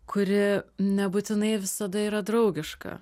kuri nebūtinai visada yra draugiška